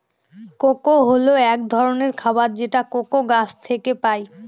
cocoa হল এক ধরনের খাবার যেটা কোকো গাছ থেকে পায়